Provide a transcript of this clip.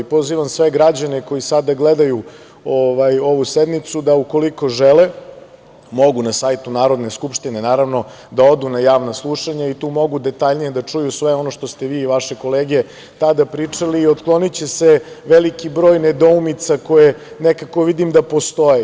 Pozivam sve građane koji sada gledaju ovu sednicu da, ukoliko žele, mogu na sajtu Narodne skupštine da odu na javna slušanja i tu mogu detaljnije da čuju sve ono što ste vi i vaše kolege tada pričali i otkloniće se veliki broj nedoumica, koje nekako vidim postoje.